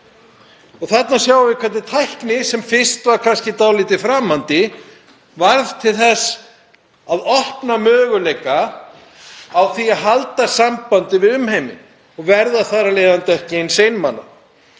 Þarna sjáum við hvernig tækni, sem fyrst var kannski dálítið framandi, varð til þess að opna möguleika á því að halda sambandi við umheiminn og verða þar af leiðandi ekki einmana.